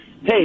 hey